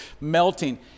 melting